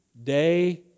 Day